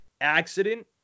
accident